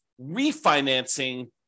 refinancing